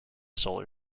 solar